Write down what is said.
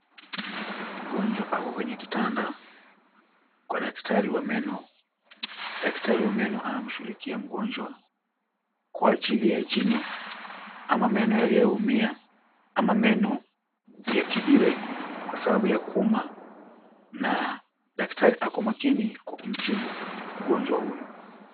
Mgonjwa ako kwenye kitanda kwa daktari wa meno, daktari wa meno anamshughulikia mgonjwa kwa ajili ya jino ama meno yaliyoumia ama meno yatibiwe kwa sababu ya kuuma na daktari ako makini kwa kumtibu mgonjwa huyu.